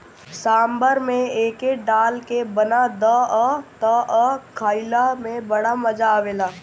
सांभर में एके डाल के बना दअ तअ खाइला में बड़ा मजा आवेला